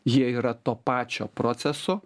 jie yra to pačio proceso